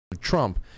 Trump